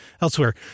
elsewhere